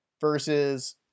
versus